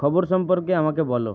খবর সম্পর্কে আমাকে বলো